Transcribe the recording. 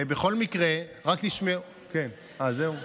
בכל מקרה, כן, אה, זהו?